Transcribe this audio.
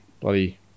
bloody